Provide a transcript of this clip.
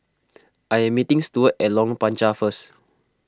I am meeting Steward at Lorong Panchar first